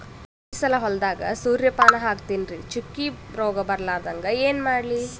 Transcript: ಈ ಸಲ ಹೊಲದಾಗ ಸೂರ್ಯಪಾನ ಹಾಕತಿನರಿ, ಚುಕ್ಕಿ ರೋಗ ಬರಲಾರದಂಗ ಏನ ಮಾಡ್ಲಿ?